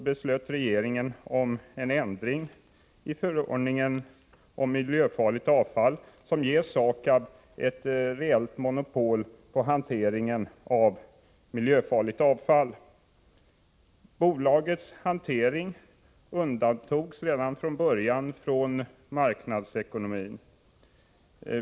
Bolagets hantering undantogs redan från början från marknadsekonomin.